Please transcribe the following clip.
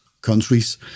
countries